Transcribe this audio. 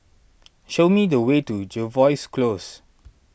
show me the way to Jervois Close